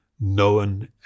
known